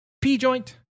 P-Joint